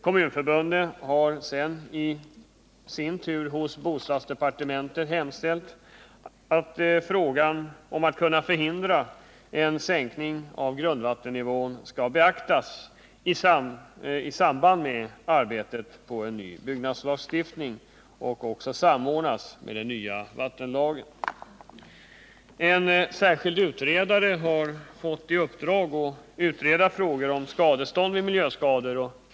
Kommunförbundet har sedan i sin tur hos bostadsdepartementet hemställt att frågan om att förhindra en sänkning av grundvattensnivån skall beaktas i samband med arbetet på en ny byggnadslagstiftning och även samordnas med den nya vattenlagen. En särskild utredare har fått i uppdrag att utreda frågor om skadestånd vid miljöskador.